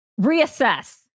Reassess